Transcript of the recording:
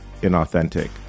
inauthentic